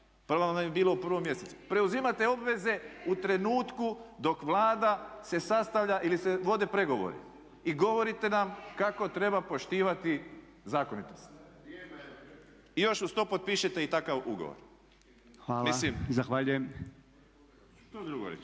…/Govornik se ne razumije. preuzimate obveze u trenutku dok Vlada se sastavlja ili se vode pregovori i govorite nam kako treba poštivati zakonitost i još uz to potpišete i takav ugovor. **Podolnjak, Robert